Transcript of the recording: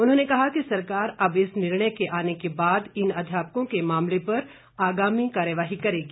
उन्होंने कहा कि सरकार अब इस निर्णय के आने के बाद इन अध्यापकों के मामले पर आगामी कार्यवाही करेगी